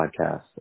podcast